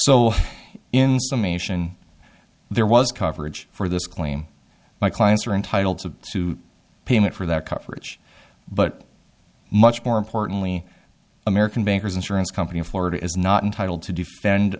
so in some nation there was coverage for this claim my clients are entitled to payment for that coverage but much more importantly american bankers insurance company in florida is not entitled to defend